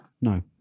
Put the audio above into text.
No